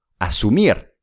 asumir